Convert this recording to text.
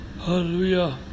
Hallelujah